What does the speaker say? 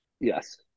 Yes